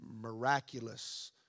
miraculous